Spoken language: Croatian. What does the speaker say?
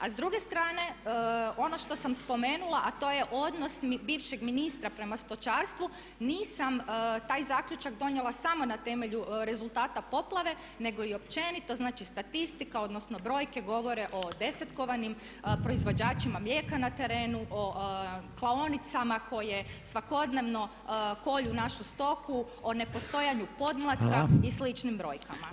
A s druge strane ono što sam spomenula a to je odnos bivšeg ministra prema stočarstvu, nisam taj zaključak donijela samo na temelju rezultata poplave nego i općenito, znači statistika, odnosno brojke govore o desetkovanim proizvođačima mlijeka na terenu, o klaonicama koje svakodnevno ključ našu stoku, o nepostojanju pomlatka i sličnim brojkama.